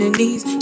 knees